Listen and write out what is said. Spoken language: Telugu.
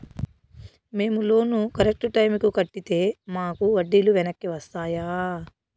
మేము లోను కరెక్టు టైముకి కట్టితే మాకు వడ్డీ లు వెనక్కి వస్తాయా?